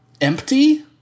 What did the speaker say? empty